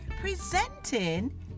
Presenting